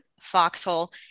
Foxhole